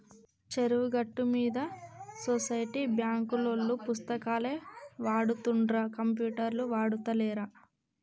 చెరువు గట్టు మీద సొసైటీ బాంకులోల్లు పుస్తకాలే వాడుతుండ్ర కంప్యూటర్లు ఆడుతాలేరా